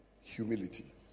Humility